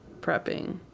prepping